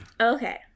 Okay